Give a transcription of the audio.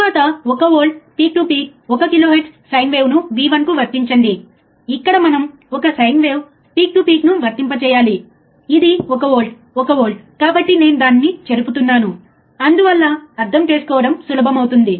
Robert Boylestad electronic పరికరాలు మరియు circuit theory Robert Boylestad Electronic Devices and Circuit Theory నుండి ఈ ప్రత్యేకమైన గ్రాఫ్ను నేను తీసుకున్నాను దీని అర్థం ఏమిటో అర్థం చేసుకోవడానికి మీకు సహాయపడుతుంది